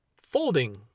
folding